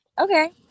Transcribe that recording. Okay